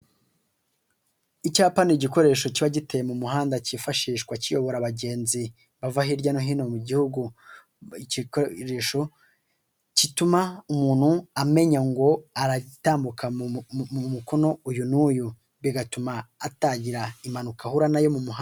Icyapa ni igikoresho cyiba giteye mu muhanda cyifashishwa kiyobora abagenzi bava hirya no hino mu gihugu, ikikoresho kituma umuntu amenya ngo aratamuka umu mukono uyu n'uyu bigatuma atagira impanuka ahura nayo mu muhanda.